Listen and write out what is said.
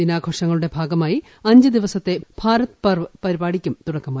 ദിനാഘോഷങ്ങളുടെ ഭാഗമായി അഞ്ച് ദിവസത്തെ ഭാരത് പർവ്വ് പരിപാടിക്കും തുടക്കമായി